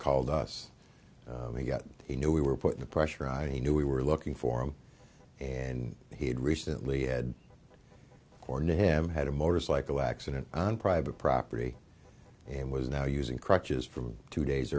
called us we got you know we were put in a pressure i he knew we were looking for him and he had recently had or knew him had a motorcycle accident on private property and was now using crutches from two days